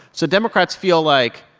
so democrats feel like,